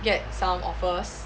get some offers